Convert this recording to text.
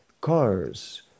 cars